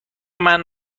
منو